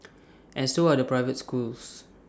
and so are the private schools